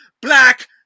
black